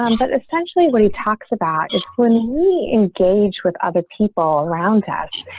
um but essentially what he talks about quitting me engage with other people around us.